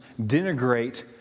denigrate